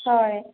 হয়